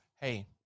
Hey